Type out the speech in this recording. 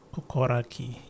Kokoraki